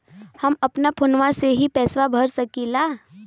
हम अपना फोनवा से ही पेसवा भर सकी ला?